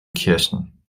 kirchen